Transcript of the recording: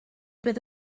bydd